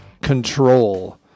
control